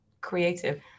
creative